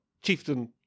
Chieftain